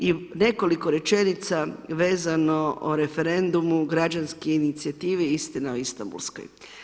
I nekoliko rečenica vezano o referendumu građanske inicijative Istina o Istanbulskoj.